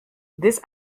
this